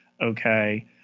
Okay